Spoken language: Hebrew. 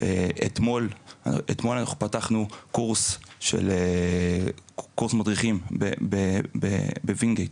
אתמול אנחנו פתחנו קורס של מדריכים בווינגייט,